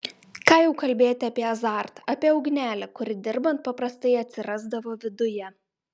ką jau kalbėti apie azartą apie ugnelę kuri dirbant paprastai atsirasdavo viduje